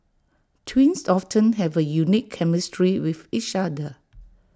twins often have A unique chemistry with each other